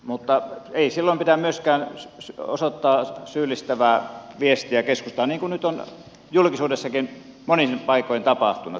mutta ei silloin pidä myöskään osoittaa syyllistävää viestiä keskustaan niin kuin nyt on julkisuudessakin monin paikoin tapahtunut